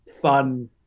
fun